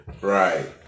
Right